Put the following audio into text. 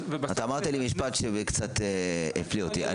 אמרת לי משפט שקצת הפליא אותי.